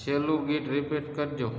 છેલ્લું ગીત રીપીટ કરજો